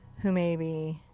who, maybe,